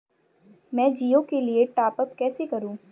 मैं जिओ के लिए टॉप अप कैसे करूँ?